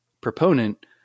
proponent